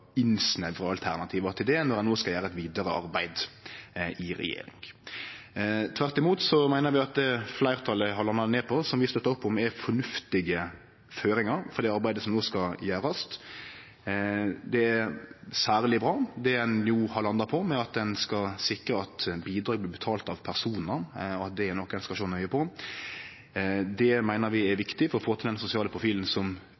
alternativa til det når ein no ser eit vidare arbeid i regjeringa. Tvert imot meiner vi at det fleirtalet har landa på, og som vi støttar opp om, er fornuftige føringar for det arbeidet som no skal gjerast. Det som er særleg bra med det ein har landa på, er at ein skal sikre at bidrag blir betalte av personar, at det er noko ein skal sjå nøye på. Det meiner vi er viktig for å få til den sosiale profilen som